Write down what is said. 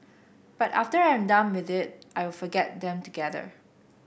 but after I'm done with it I'll forget them altogether